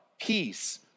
peace